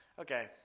okay